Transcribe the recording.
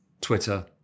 Twitter